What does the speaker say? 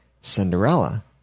Cinderella